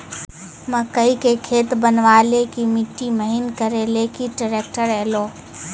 मकई के खेत बनवा ले ली मिट्टी महीन करे ले ली ट्रैक्टर ऐलो?